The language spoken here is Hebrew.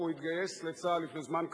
והוא התגייס לצה"ל לפני זמן קצר,